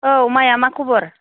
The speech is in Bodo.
औ माया मा खबर